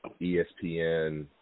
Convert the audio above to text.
ESPN